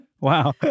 wow